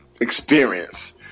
experience